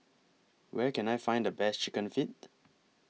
Where Can I Find The Best Chicken Feet